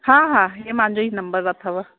हा हा इहे मुंहिंजो ई नम्बर अथव